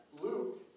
Luke